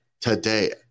today